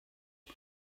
mae